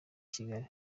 kigali